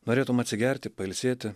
norėtum atsigerti pailsėti